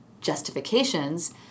justifications